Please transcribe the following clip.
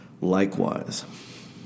likewise